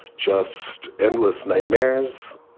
just endless nightmares.